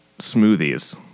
smoothies